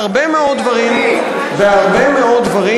בהרבה מאוד דברים,